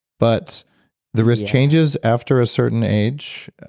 but the risk changes after a certain age,